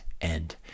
end